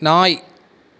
நாய்